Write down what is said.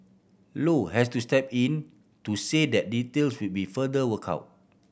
low has to step in to say that details would be further worked out